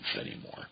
anymore